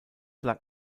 lag